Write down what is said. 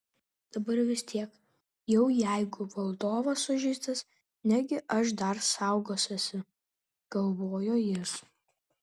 dabar vis tiek jau jeigu valdovas sužeistas negi aš dar saugosiuosi galvojo jis